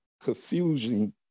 confusing